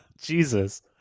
Jesus